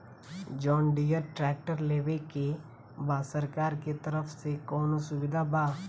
John Deere tractor लेवे के बा सरकार के तरफ से कौनो सुविधा बा?